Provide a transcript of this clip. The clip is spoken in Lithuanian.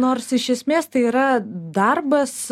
nors iš esmės tai yra darbas